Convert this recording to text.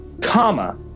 comma